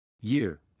Year